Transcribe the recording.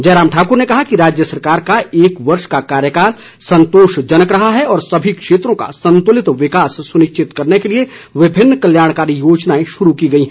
जयराम ठाक्र ने कहा कि राज्य सरकार का एक वर्ष का कार्यकाल संतोषजनक रहा है और सभी क्षेत्रों का संतुलित विकास सुनिश्चित करने के लिए विभिन्न कल्याणकारी योजनाएं शुरू की गई हैं